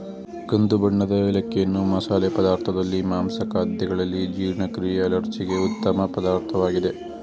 ಕಂದು ಬಣ್ಣದ ಏಲಕ್ಕಿಯನ್ನು ಮಸಾಲೆ ಪದಾರ್ಥದಲ್ಲಿ, ಮಾಂಸ ಖಾದ್ಯಗಳಲ್ಲಿ, ಜೀರ್ಣಕ್ರಿಯೆ ಅಲರ್ಜಿಗೆ ಉತ್ತಮ ಪದಾರ್ಥವಾಗಿದೆ